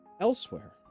Elsewhere